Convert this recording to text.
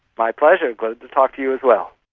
my pleasure, glad to talk to you as well.